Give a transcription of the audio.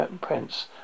prince